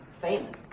famous